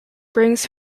brings